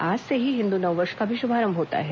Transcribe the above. आज से ही हिन्दू नववर्ष का भी श्भारंभ होता है